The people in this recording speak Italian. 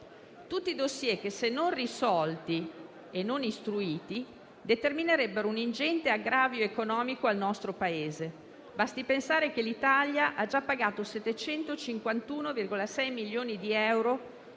tutti *dossier* che, se non risolti e non istruiti, determinerebbero un ingente aggravio economico al nostro Paese. Basti pensare che l'Italia ha già pagato 751,6 milioni di euro